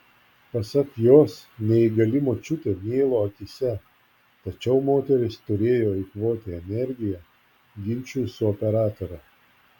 pasak jos neįgali močiutė mėlo akyse tačiau moteris turėjo eikvoti energiją ginčui su operatore